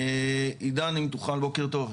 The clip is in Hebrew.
עידן, בוקר טוב.